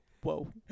Whoa